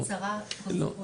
הצהרה או אי הצהרה.